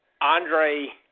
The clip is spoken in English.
Andre